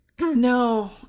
No